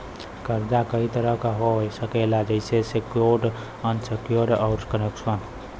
कर्जा कई तरह क हो सकेला जइसे सेक्योर्ड, अनसेक्योर्ड, आउर कन्वेशनल